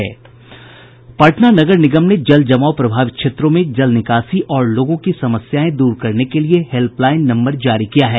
पटना नगर निगम ने जलजमाव प्रभावित क्षेत्रों में जल निकासी और लोगों की समस्याएं दूर करने के लिए हेल्पलाइन नम्बर जारी किया है